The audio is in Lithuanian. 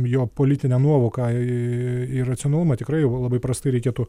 jo politinę nuovoką į į racionalumą tikrai jau labai prastai reikėtų